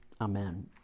Amen